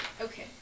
Okay